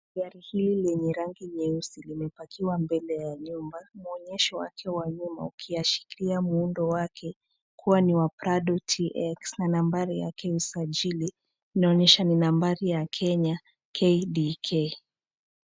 Gari hili lenye rangi nyeusi limepakiwa mbele ya nyumba, mwonyesho wake wa nyuma, ukiashiria muundo wake kuwa ni ya prado tx na nambari yake ya usajili inaonyesha ni nambari ya Kenya, KDK.